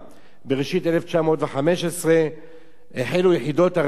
בראשית 1915 החלו יחידות ארמניות של